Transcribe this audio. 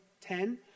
ten